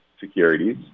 securities